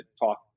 talk